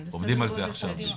עובדים על זה עכשיו.